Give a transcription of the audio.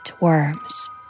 worms